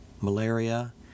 malaria